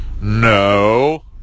No